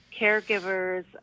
caregivers